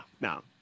no